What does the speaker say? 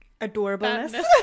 adorableness